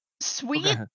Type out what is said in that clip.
sweet